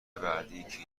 بعدی